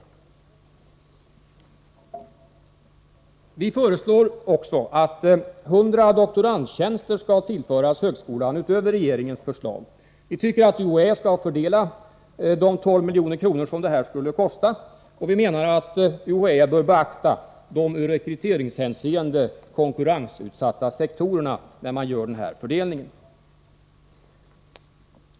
Från folkpartiets sida föreslår vi också att 100 doktorandtjänster skall tillföras högskolan utöver regeringens förslag. UHÄ bör få fördela de 12 milj.kr. detta skulle kosta, och vi menar att UHÄ bör beakta de i rekryteringshänseende konkurrensutsatta sektorerna när man gör den fördelningen.